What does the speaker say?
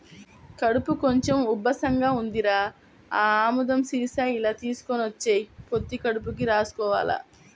కడుపు కొంచెం ఉబ్బసంగా ఉందిరా, ఆ ఆముదం సీసా ఇలా తీసుకొని వచ్చెయ్, పొత్తి కడుపుకి రాసుకోవాల